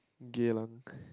Geylang